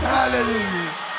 Hallelujah